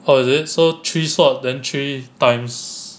oh is it so three sword then three times